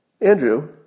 Andrew